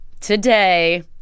today